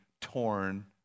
torn